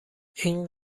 این